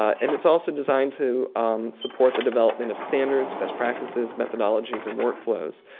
and it's also designed to support the development of standards, best practices, methodologies, and work flows.